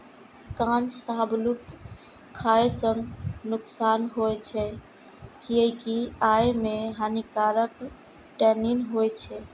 कांच शाहबलूत खाय सं नुकसान होइ छै, कियैकि अय मे हानिकारक टैनिन होइ छै